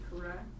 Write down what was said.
correct